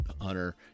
hunter